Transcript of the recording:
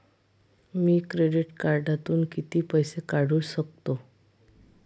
मी credit कार्डातून किती पैसे काढू शकतो?